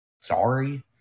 sorry